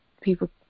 people